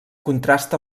contrasta